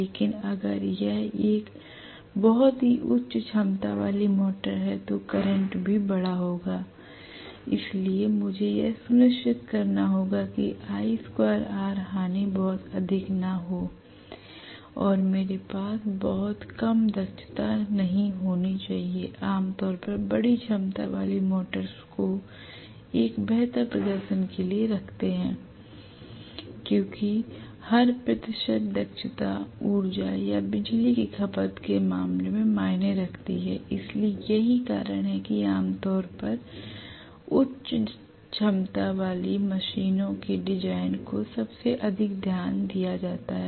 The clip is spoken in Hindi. लेकिन अगर यह एक बहुत ही उच्च क्षमता वाली मोटर है तो करंट भी बड़ा होगा इसलिए मुझे यह सुनिश्चित करना होगा कि i2r हानि बहुत अधिक न हों l और मेरे पास बहुत कम दक्षता नहीं होनी चाहिए आम तौर पर बड़ी क्षमता वाले मोटर्स को एक बेहतर प्रदर्शन के लिए रखते हैंl क्योंकि हर प्रतिशत दक्षता ऊर्जा या बिजली की खपत के मामले में मायने रखती है इसलिए यही कारण है कि आमतौर पर उच्च क्षमता वाली मशीनों के डिजाइन को सबसे अधिक ध्यान दिया जाता है